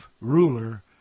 ruler